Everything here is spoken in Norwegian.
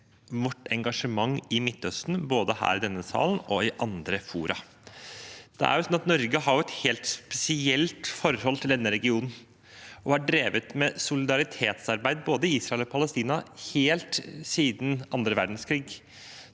vårt engasjement i Midtøsten mer, både her i denne salen og i andre fora. Norge har et helt spesielt forhold til denne regionen og har drevet med solidaritetsarbeid både i Israel og i Palestina helt siden annen verdenskrig.